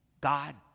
God